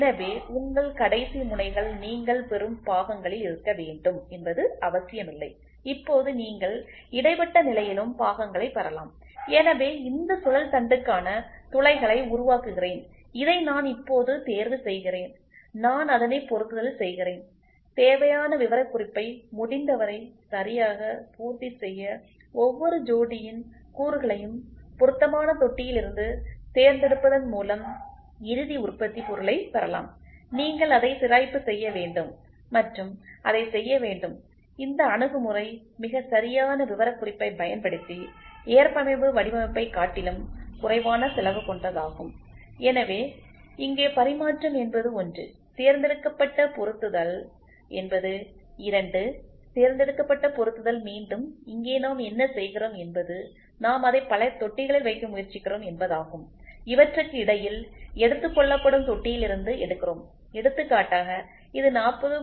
எனவே உங்கள் கடைசி முனைகள் நீங்கள் பெறும் பாகங்களில் இருக்க வேண்டும் என்பது அவசியமில்லை இப்போது நீங்கள் இடைப்பட்ட நிலையிலும் பாகங்களை பெறலாம் எனவே இந்த சுழல் தண்டுக்கான துளைகளை உருவாக்குகிறேன் இதை நான் இப்போது தேர்வு செய்கிறேன் நான் அதனை பொருத்துதல் செய்கிறேன் தேவையான விவரக்குறிப்பை முடிந்தவரை சரியாக பூர்த்தி செய்ய ஒவ்வொரு ஜோடியின் கூறுகளையும் பொருத்தமான தொட்டியில் இருந்து தேர்ந்தெடுப்பதன் மூலம் இறுதி உற்பத்தி பொருளை பெறலாம்நீங்கள் அதை சிராய்ப்பு செய்ய வேண்டும் மற்றும் அதைச் செய்ய வேண்டும் இந்த அணுகுமுறை மிகச்சரியான விவரக்குறிப்பைப் பயன்படுத்தி ஏற்பமைவு வடிவமைப்பைக் காட்டிலும் குறைவான செலவு கொண்டதாகும் எனவே இங்கே பரிமாற்றம் என்பது ஒன்று தேர்ந்தெடுக்கப்பட்ட பொருத்துதல் என்பது இரண்டு தேர்ந்தெடுக்கப்பட்ட பொருத்துதல் மீண்டும் இங்கே நாம் என்ன செய்கிறோம் என்பது நாம் அதை பல தொட்டிகளில் வைக்க முயற்சிக்கிறோம் என்பதாகும் இவற்றிற்கு இடையில் எடுத்துக்கொள்ளப்படும் தொட்டியில் இருந்து எடுக்கிறோம் எடுத்துக்காட்டாக இது 40